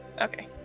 Okay